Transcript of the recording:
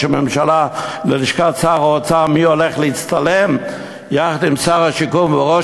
הממשלה ללשכת שר האוצר לגבי מי הולך להצטלם יחד עם שר השיכון וראש